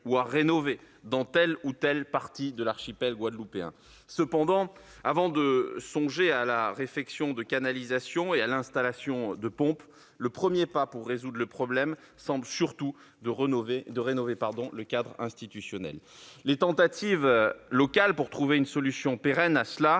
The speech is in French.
ou à rénover dans telle ou telle partie de l'archipel guadeloupéen. Cependant, avant de songer à la réfection de canalisations et à l'installation de pompes, le premier pas pour résoudre le problème semble surtout de rénover le cadre institutionnel. Les tentatives locales pour trouver une solution pérenne n'ont